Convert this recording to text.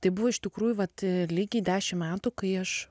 tai buvo iš tikrųjų vat lygiai dešim metų kai aš